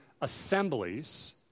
assemblies